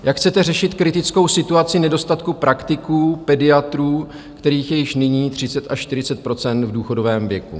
Jak chcete řešit kritickou situaci nedostatku praktiků, pediatrů, kterých je již nyní 30 až 40 % v důchodovém věku?